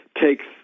takes